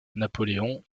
napoléon